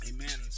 Amen